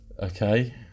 Okay